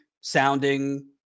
sounding